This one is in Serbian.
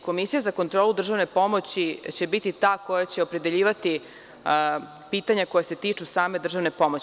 Komisija za kontrolu državne pomoći će biti ta koja će opredeljivati pitanja koja se tiču same državne pomoći.